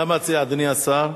מה מציע אדוני השר?